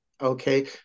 okay